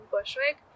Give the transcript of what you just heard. Bushwick